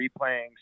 replaying